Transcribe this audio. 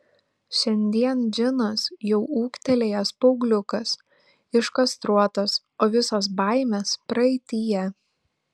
šiandien džinas jau ūgtelėjęs paaugliukas iškastruotas o visos baimės praeityje